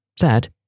sad